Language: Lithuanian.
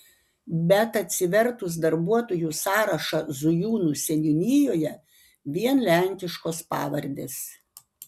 bet atsivertus darbuotojų sąrašą zujūnų seniūnijoje vien lenkiškos pavardes